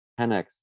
10x